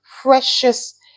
precious